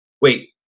wait